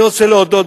אני רוצה להודות,